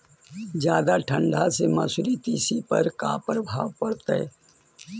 जादा ठंडा से मसुरी, तिसी पर का परभाव पड़तै?